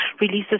releases